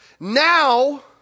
Now